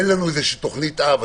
אין לנו תוכנית אב.